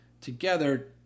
together